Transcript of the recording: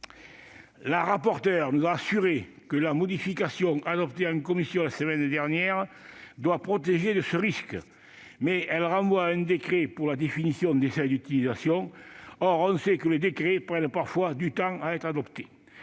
La rapporteure a assuré que la modification adoptée en commission la semaine dernière les protégera de ce risque, mais elle renvoie à un décret pour la définition des seuils d'utilisation. Or on sait que les décrets prennent parfois du temps à être adoptés